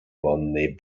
wonnej